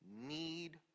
need